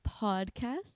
podcast